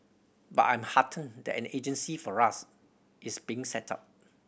but I'm heartened that an agency for us is being set up